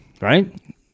Right